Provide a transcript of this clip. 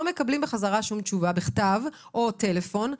מקבלים בחזרה שום תשובה בכתב או בטלפון.